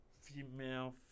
Female